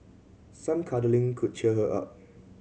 some cuddling could cheer her up